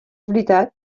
veritat